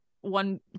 one